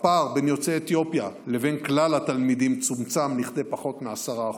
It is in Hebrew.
הפער בין יוצאי אתיופיה לבין כלל התלמידים צומצם לכדי פחות מ-10%,